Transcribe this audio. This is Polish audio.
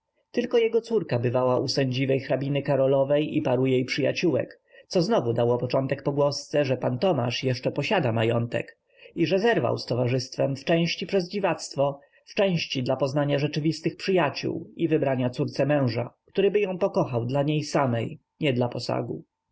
tylko jego córka bywała u sędziwej hrabiny karolowej i paru jej przyjaciółek co znowu dało początek pogłosce że p tomasz jeszcze posiada majątek i że zerwał z towarzystwem w części przez dziwactwo w części dla poznania rzeczywistych przyjaciół i wybrania córce męża któryby ją kochał dla niej samej nie dla posagu